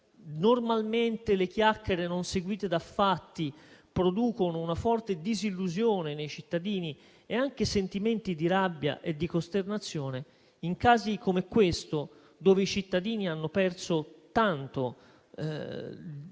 Normalmente le chiacchiere non seguite da fatti producono una forte disillusione nei cittadini e anche sentimenti di rabbia e di costernazione. In casi come questo, dove i cittadini hanno perso tanto